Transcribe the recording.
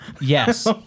Yes